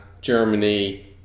Germany